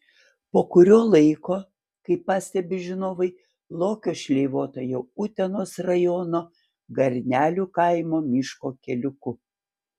po kurio laiko kaip pastebi žinovai lokio šleivota jau utenos rajono garnelių kaimo miško keliuku